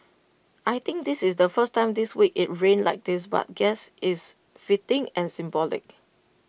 I think this is the first time this week IT rained like this but guess it's fitting and symbolic